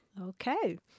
Okay